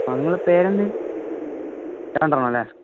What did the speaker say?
ആ നിങ്ങളെ പേരെന്തായിരുന്നു രണ്ടെണ്ണം അല്ലേ